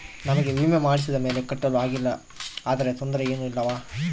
ನಮಗೆ ವಿಮೆ ಮಾಡಿಸಿದ ಮೇಲೆ ಕಟ್ಟಲು ಆಗಿಲ್ಲ ಆದರೆ ತೊಂದರೆ ಏನು ಇಲ್ಲವಾ?